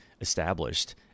established